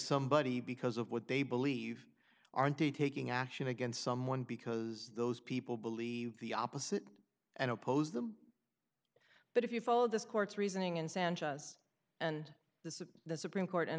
somebody because of what they believe aren't they taking action against someone because those people believe the opposite and oppose them but if you follow this court's reasoning and sanchez and this is the supreme court and